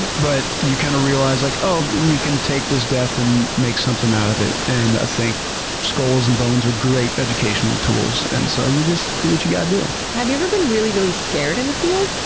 but you kind of realize like we can take this death and make something out of it. and i think skulls and bones are great educational tools and so you just do what you gotta do. have you ever been really, really scared in the field?